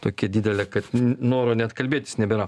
tokia didelė kad noro net kalbėtis nebėra